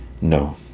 No